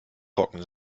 trocken